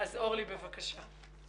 אורלי, בבקשה.